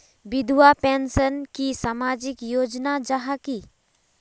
विधवा पेंशन की सामाजिक योजना जाहा की?